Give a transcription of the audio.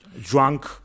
drunk